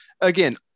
Again